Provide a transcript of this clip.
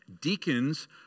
Deacons